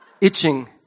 itching